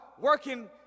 working